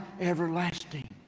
everlasting